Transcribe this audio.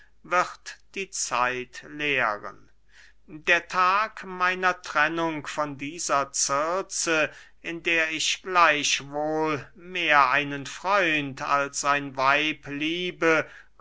wird die zeit lehren der tag meiner trennung von dieser circe in der ich gleichwohl mehr einen freund als ein weib liebe